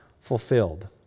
fulfilled